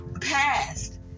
past